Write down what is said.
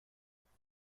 اوقات